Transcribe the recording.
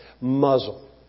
Muzzle